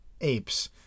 apes